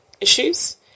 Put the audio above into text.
issues